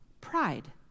pride